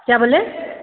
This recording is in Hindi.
क्या बोले